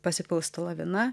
pasipils ta lavina